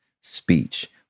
speech